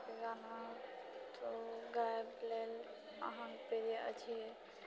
हमराके गाना तऽ गाबि लेल अहाँ प्रिय आ छियै